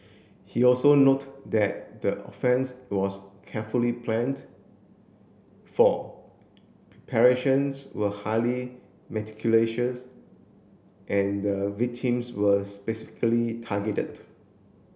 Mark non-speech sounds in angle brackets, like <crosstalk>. he also note that the offence was carefully planned for <unintelligible> were highly <unintelligible> and the victims were specifically targeted